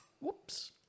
Whoops